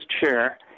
chair